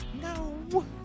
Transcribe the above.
No